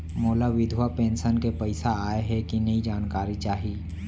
मोला विधवा पेंशन के पइसा आय हे कि नई जानकारी चाही?